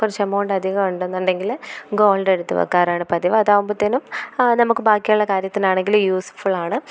കുറച്ചെമൗണ്ട് അധികം ഉണ്ടെന്നൊണ്ടെങ്കില് ഗോൾഡെടുത്ത് വയ്ക്കാറാണ് പതിവ് അതാവുമ്പോഴത്തേനും നമുക്ക് ബാക്കിയുള്ള കാര്യത്തിനാണെങ്കിലും യൂസ്ഫുള്ളാണ്